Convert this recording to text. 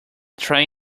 train